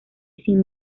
sin